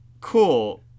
Cool